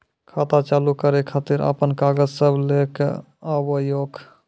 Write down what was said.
खाता चालू करै खातिर आपन कागज सब लै कऽ आबयोक?